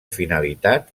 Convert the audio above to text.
finalitat